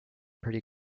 pretty